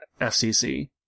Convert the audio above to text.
FCC